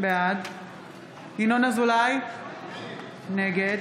בעד ינון אזולאי, נגד